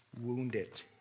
wounded